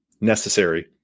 necessary